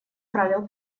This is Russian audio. правил